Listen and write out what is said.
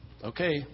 Okay